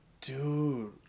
Dude